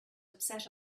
upset